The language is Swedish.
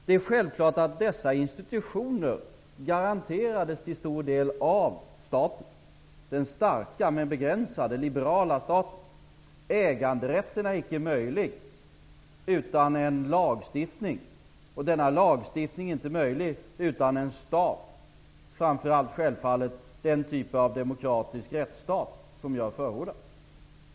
Det är självklart att dessa institutioner till stor del garanterades av staten, den starka, men begränsade, liberala staten. Äganderätten är icke möjlig utan en lagstiftning, och denna lagstiftning är inte möjlig utan en stat, framför allt den typ av demokratisk rättsstat som jag förordar.